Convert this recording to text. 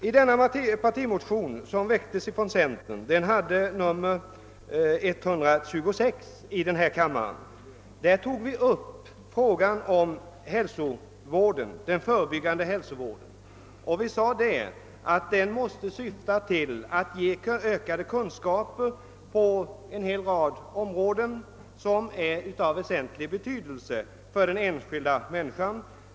I centerpartiets partimotion togs spörsmålet om den förebyggande hälsovården upp och det framhölls att denna måste syfta till att ge ökade kunskaper på en hel rad områden av väsentlig betydelse för den enskilda människan.